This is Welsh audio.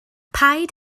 paid